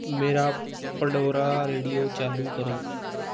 ਮੇਰਾ Pandora radio ਚਾਲੂ ਕਰੋ